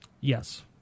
Yes